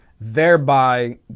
thereby